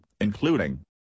including